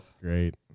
Great